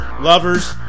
lovers